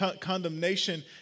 condemnation